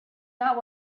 not